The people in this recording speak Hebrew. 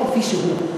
בבקשה?